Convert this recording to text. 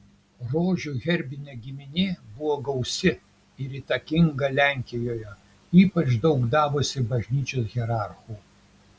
rožių herbinė giminė buvo gausi ir įtakinga lenkijoje ypač daug davusi bažnyčios hierarchų